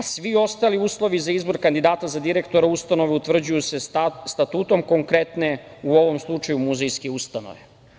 Svi ostali uslovi za izbor kandidata za direktora ustanove utvrđuje se statutom konkretne, u ovom slučaju, muzejske ustanove.